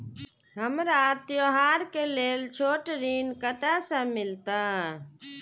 हमरा त्योहार के लेल छोट ऋण कते से मिलते?